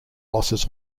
losses